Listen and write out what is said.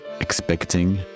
expecting